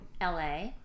LA